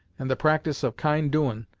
and the practyse of kind doin',